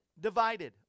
divided